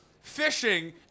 fishing